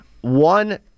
One